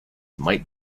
might